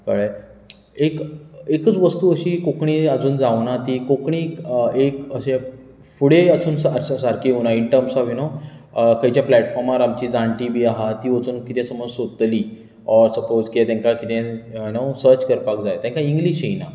कळ्ळें एक एकूच वस्तू अशी कोंकणी अजून जावंक ना ती कोंकणीक एक अशें फुडें असून आसा सारकी येवंक ना इन टर्मस ऑफ खंयच्या प्लॅटफॉमार आमचीं जाण्टी बीन आहा ती वचून कितें समज सोदतलीं सपोज कितें तेंकां कितेंय यु नो सर्च करपाक जाय तेंकां इंग्लीश येयना